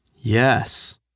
Yes